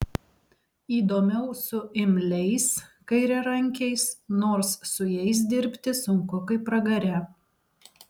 įdomiau su imliais kairiarankiais nors su jais dirbti sunku kaip pragare